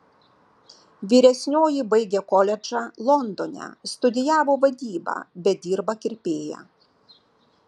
vyresnioji baigė koledžą londone studijavo vadybą bet dirba kirpėja